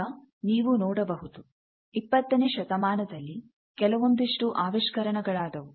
ಈಗ ನೀವು ನೋಡಬಹುದು ಇಪ್ಪತ್ತನೇ ಶತಮಾನದಲ್ಲಿ ಕೆಲವೊಂದಿಷ್ಟು ಆವಿಷ್ಕರಣ ಗಳಾದವು